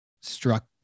struck